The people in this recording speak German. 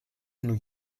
new